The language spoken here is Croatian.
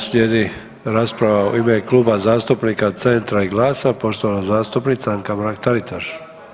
Slijedi rasprava u ime Kluba zastupnika Centra i GLAS-a poštovana zastupnica Anka Mrak Taritaš.